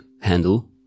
handle